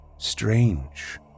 Strange